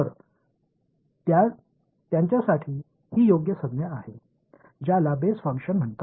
तर त्यांच्यासाठी ही योग्य संज्ञा आहे ज्याला बेस फंक्शन्स म्हणतात